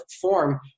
form